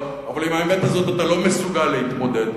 אבל עם האמת הזאת אתה לא מסוגל להתמודד,